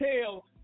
tell